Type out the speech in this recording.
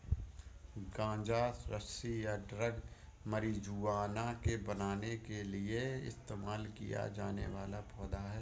गांजा रस्सी या ड्रग मारिजुआना बनाने के लिए इस्तेमाल किया जाने वाला पौधा है